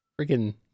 freaking